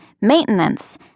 maintenance